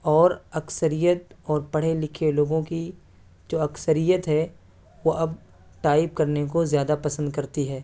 اور اکثریت اور پڑھے لکھے لوگوں کی جو اکثریت ہے وہ اب ٹائپ کرنے کو زیادہ پسند کرتی ہے